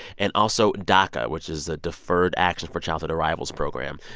and also daca, which is the deferred action for childhood arrivals program.